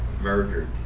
murdered